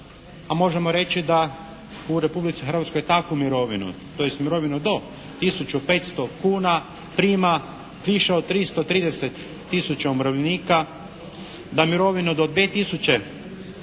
A možemo reći da u Republici Hrvatskoj takvu mirovinu tj. mirovinu do tisuću 500 kuna prima više od 330 tisuća umirovljenika. Da mirovinu do 2 tisuće